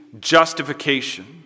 justification